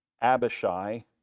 Abishai